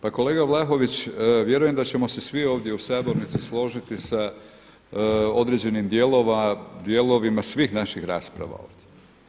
Pa kolega Vlaović, vjerujem da ćemo se svi ovdje u sabornici složiti sa određenim dijelovima svih naših rasprava ovdje.